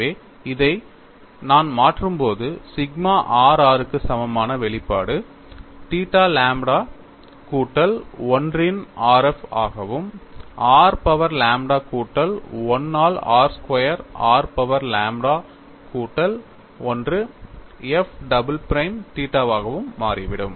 எனவே இதை நான் மாற்றும்போது சிக்மா r r க்கான வெளிப்பாடு தீட்டா லாம்ப்டா கூட்டல் 1 இன் r f ஆகவும் r பவர் லாம்ப்டா கூட்டல் 1 ஆல் r square r power lambda கூட்டல் 1 f டபுள் பிரைம் தீட்டாவாகவும் மாறிவிடும்